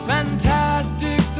Fantastic